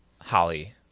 Holly